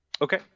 okay